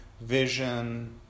vision